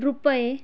ਰੁਪਏ